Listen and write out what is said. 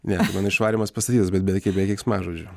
ne išvarymas pastatytas bet be k be keiksmažodžių